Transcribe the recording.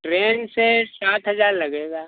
train से सात हज़ार लगेगा